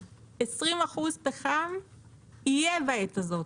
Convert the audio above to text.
20% פחם יהיה בעת הזאת,